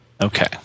Okay